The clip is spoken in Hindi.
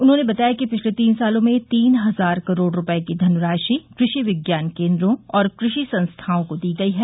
उन्होंने बताया कि पिछले तीन सालों में तीन हजार करोड़ रूपये की धनराशि कृषि विज्ञान केन्द्रों और कृषि संस्थाओं को दी गई है